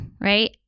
right